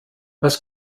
was